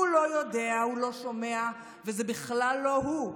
הוא לא יודע, הוא לא שומע, וזה בכלל לא הוא.